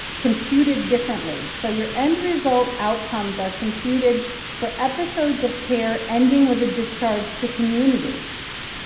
computed differently. so your end-result outcomes are computed for episodes of care ending with a discharge to community.